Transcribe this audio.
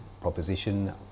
proposition